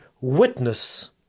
witness